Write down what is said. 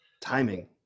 timing